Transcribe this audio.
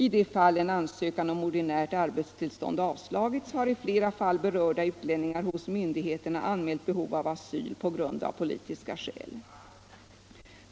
I de fall en ansökan om ordinärt arbetstillstånd avslagits har i flera fall berörda utlänningar hos myndigheterna anmält behov av asyl av politiska skäl.